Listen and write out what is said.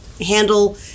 handle